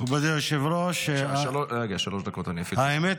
כבוד היושב-ראש, האמת,